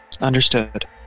Understood